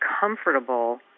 comfortable